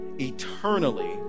eternally